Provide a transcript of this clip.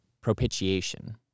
Propitiation